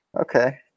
Okay